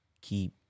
keep